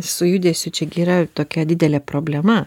su judesiu čia gi yra tokia didelė problema